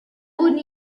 wurden